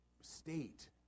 state